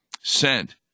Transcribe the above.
sent